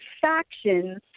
factions